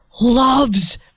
loves